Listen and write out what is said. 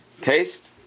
taste